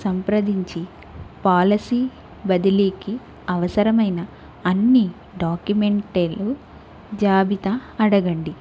సంప్రదించి పాలసీ బదిలీకి అవసరమైన అన్ని డాక్యుమెంట్ల జాబితా అడగండి